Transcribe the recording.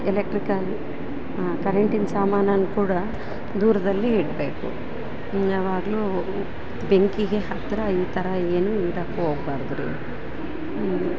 electrical ಕರೆಂಟಿನ ಸಾಮಾನನ್ನು ಕೂಡ ದೂರದಲ್ಲಿ ಇಡಬೇಕು ಯಾವಾಗಲೂ ಬೆಂಕಿಗೆ ಹತ್ತಿರ ಈ ಥರ ಏನು ಇಡೋಕೆ ಹೋಗ್ಬಾರ್ದು ರೀ